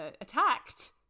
attacked